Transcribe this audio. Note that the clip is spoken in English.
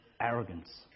arrogance